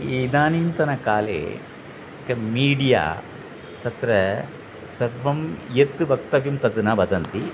इदानीन्तनकाले क मीडिया तत्र सर्वं यत् वक्तव्यं तत् न वदन्ति